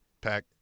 Pack